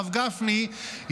הרב גפני,